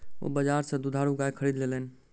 ओ बजार सा दुधारू गाय खरीद लेलैन